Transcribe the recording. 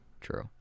True